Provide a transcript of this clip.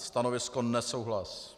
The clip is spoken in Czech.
Stanovisko nesouhlasné.